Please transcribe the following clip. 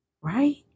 right